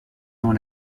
dans